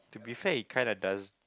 in fact he kind of does